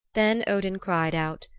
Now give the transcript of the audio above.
then odin cried, out,